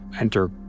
Enter